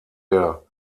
der